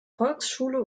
volksschule